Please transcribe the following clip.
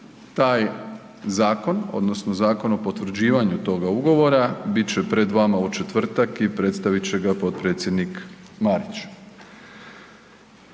Taj zakon, odnosno zakon o potvrđivanju toga ugovora bit će pred vama u četvrtak i predstavit će ga potpredsjednik Marić.